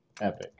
epic